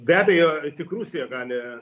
be abejo tik rusija gali